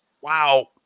Wow